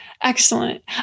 Excellent